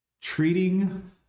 treating